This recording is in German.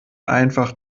einfach